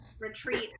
retreat